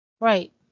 Right